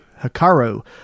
Hikaru